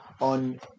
on